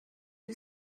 you